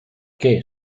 che